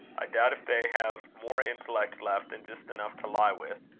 i doubt if they have more intellect left than just enough to lie with.